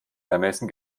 ermessen